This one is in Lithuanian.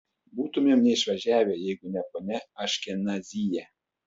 būtumėm neišvažiavę jeigu ne ponia aškenazyje